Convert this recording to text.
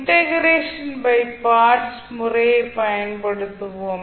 integration by parts முறையை பயன்படுத்துவோம்